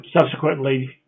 subsequently